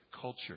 culture